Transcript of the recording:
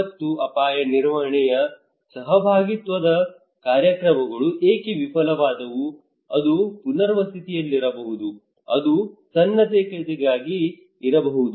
ವಿಪತ್ತು ಅಪಾಯ ನಿರ್ವಹಣೆಯ ಸಹಭಾಗಿತ್ವದ ಕಾರ್ಯಕ್ರಮಗಳು ಏಕೆ ವಿಫಲವಾದವು ಅದು ಪುನರ್ವಸತಿಯಲ್ಲಿರಬಹುದು ಅದು ಸನ್ನದ್ಧತೆಗಾಗಿ ಇರಬಹುದು